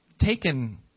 taken